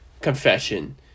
confession